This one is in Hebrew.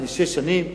לפני שש שנים,